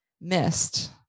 missed